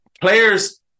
players